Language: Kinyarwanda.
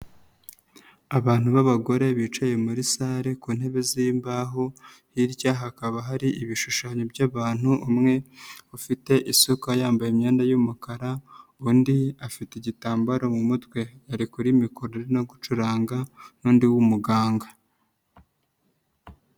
Abantu b'abagore bicaye muri sale ku ntebe zimbaho, hirya hakaba hari ibishushanyo by'abantu, umwe ufite isuka yambaye imyenda y'umukara undi afite igitambaro mu mutwe, ari kuri mikoro irimo gucuranga n'undi w'umuganga.